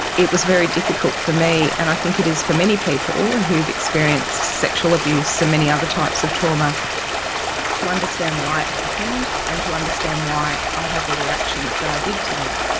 it was very difficult for me and i think it is for many people who have experienced sexual abuse and many other types of trauma to understand why it happened and to understand why i had the reactions that i did to that.